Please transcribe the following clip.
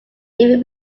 even